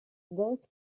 both